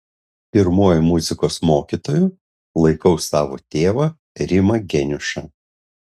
pirmuoju muzikos mokytoju laikau savo tėvą rimą geniušą